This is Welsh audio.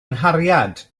nghariad